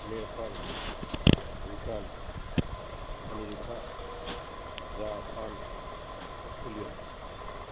Nepal Bhutan America Japan Australia